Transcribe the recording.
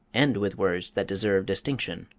end with words that deserve distinction,